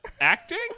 acting